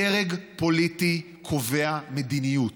דרג פוליטי קובע מדיניות,